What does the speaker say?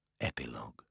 Epilogue